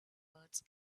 words